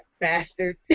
Bastard